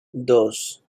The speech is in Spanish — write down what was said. dos